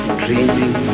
dreaming